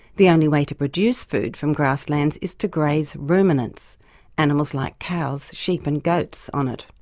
the only way to produce food from grasslands is to graze ruminants animals like cows, sheep and goats on it.